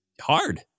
hard